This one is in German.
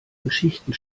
geschichten